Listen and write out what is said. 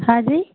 हाजी